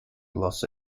los